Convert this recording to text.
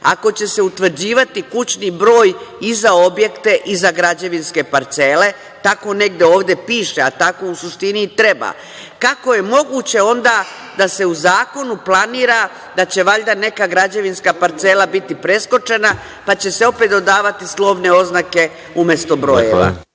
ako će se utvrđivati kućni broj i za objekte i za građevinske parcele, tako negde ovde piše, a tako u suštini i treba, kako je moguće onda da se u zakonu planira da će valjda neka građevinska parcela biti preskočena, pa će se opet dodavati slovne oznake umesto brojeva?